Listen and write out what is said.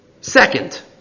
Second